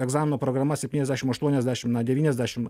egzamino programa septyniasdešim aštuoniasdešim devyniasdešim